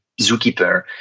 zookeeper